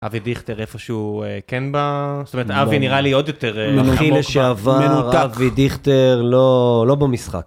אבי דיכטר איפשהו כן ב... זאת אומרת אבי נראה לי עוד יותר עמוק, מנותק, הכי לשעבר אבי דיכטר לא במשחק.